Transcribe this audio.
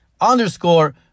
underscore